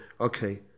okay